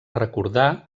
recordar